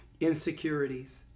insecurities